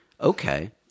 Okay